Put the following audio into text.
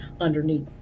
underneath